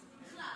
בכלל.